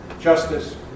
justice